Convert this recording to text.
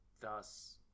thus